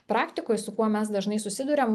praktikoj su kuo mes dažnai susiduriam